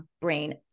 brain